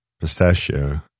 Pistachio